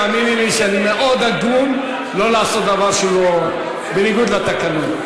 האמיני לי שאני מאוד הגון כדי שלא לעשות דבר שהוא בניגוד לתקנון.